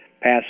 pass